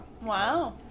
Wow